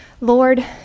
Lord